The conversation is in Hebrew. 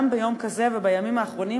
גם ביום כזה ובימים האחרונים,